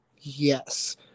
Yes